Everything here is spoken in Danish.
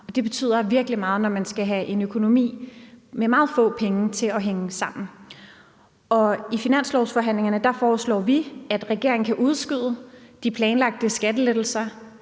det betyder virkelig meget, når man skal have en økonomi med meget få penge til at hænge sammen. Og i finanslovsforhandlingerne foreslår vi, at regeringen kan udskyde de planlagte skattelettelser,